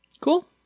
Cool